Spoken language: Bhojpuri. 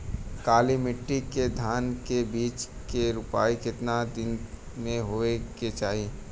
काली मिट्टी के धान के बिज के रूपाई कितना दिन मे होवे के चाही?